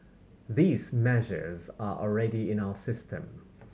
these measures are already in our system